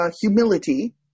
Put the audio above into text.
humility